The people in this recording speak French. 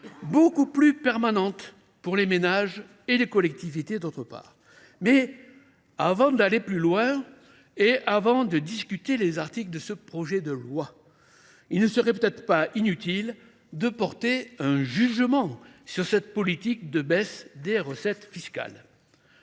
!… bien plus permanent pour les ménages et les collectivités locales. Avant d’aller plus loin et de débattre des articles de ce projet de loi de finances, il ne serait peut être pas inutile de porter un jugement sur cette politique de baisse des recettes fiscales.